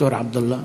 ד"ר עבדאללה,